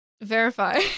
verify